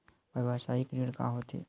व्यवसायिक ऋण का होथे?